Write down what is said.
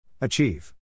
Achieve